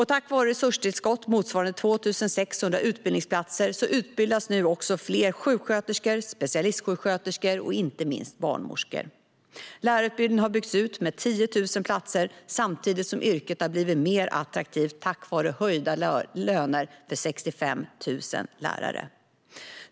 Tack vare ett resurstillskott motsvarande 2 600 utbildningsplatser utbildas nu fler sjuksköterskor, specialistsjuksköterskor och inte minst barnmorskor. Lärarutbildningen har byggts ut med 10 000 platser samtidigt som yrket har blivit mer attraktivt tack vare höjda löner för 65 000 lärare.